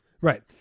Right